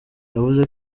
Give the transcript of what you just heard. yavuze